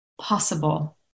possible